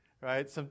right